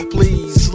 Please